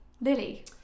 Lily